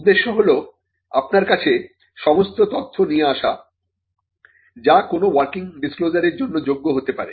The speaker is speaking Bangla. উদ্দেশ্য হলআপনার কাছে সমস্ত তথ্য নিয়ে আসা যা কোনো ওয়ার্কিং ডিসক্লোজারের জন্য যোগ্য হতে পারে